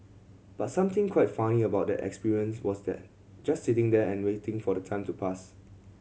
but something quite funny about that experience was just sitting there and waiting for the time to pass